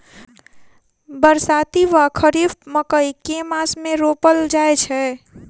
बरसाती वा खरीफ मकई केँ मास मे रोपल जाय छैय?